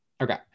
Okay